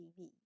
TV